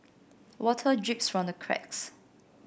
water drips from the cracks